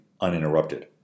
uninterrupted